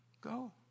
go